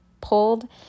pulled